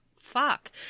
fuck